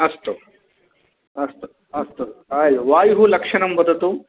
अस्तु अस्तु अस्तु वायुः लक्षणं वदतु